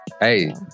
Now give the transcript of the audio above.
Hey